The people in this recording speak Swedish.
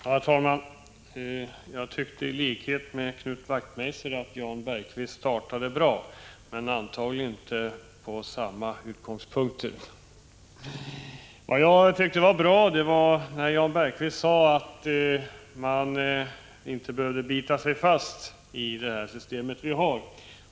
Herr talman! Jag tycker i likhet med Knut Wachtmeister att Jan Bergqvist 2 april 1986 startade bra, men jag gör det antagligen inte utifrån samma utgångspunkt som Knut Wachtmeister. Det jag tyckte var bra var att Jan Bergqvist sade att man inte behövde bita sig fast i det system vi har.